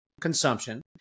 consumption